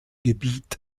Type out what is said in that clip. gebiet